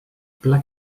pla